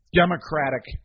democratic